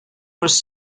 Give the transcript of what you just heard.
was